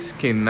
que